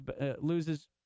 loses